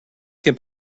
can